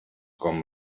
com